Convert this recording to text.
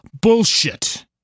bullshit